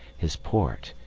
his port,